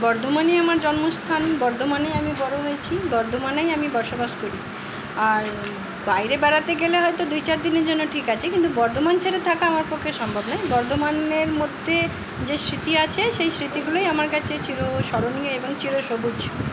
বর্ধমানই আমার জন্মস্থান বর্ধমানেই আমি বড় হয়েছি বর্ধমানেই আমি বসবাস করি আর বাইরে বেড়াতে গেলে হয়তো দুই চার দিনের জন্য ঠিক আছে কিন্তু বর্ধমান ছেড়ে থাকা আমার পক্ষে সম্ভব নয় বর্ধমানের মধ্যে যে স্মৃতি আছে সেই স্মৃতিগুলোই আমার কাছে চিরস্মরণীয় এবং চিরসবুজ